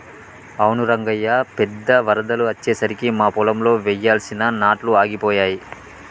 అవును రంగయ్య పెద్ద వరదలు అచ్చెసరికి మా పొలంలో వెయ్యాల్సిన నాట్లు ఆగిపోయాయి